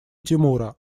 тимура